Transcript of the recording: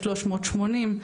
380,